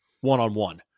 one-on-one